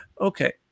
Okay